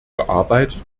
gearbeitet